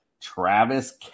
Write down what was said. Travis